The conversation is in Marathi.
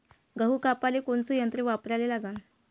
गहू कापाले कोनचं यंत्र वापराले लागन?